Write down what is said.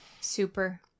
Super